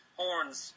horns